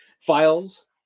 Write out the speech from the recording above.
files